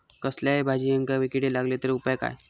कसल्याय भाजायेंका किडे लागले तर उपाय काय?